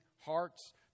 hearts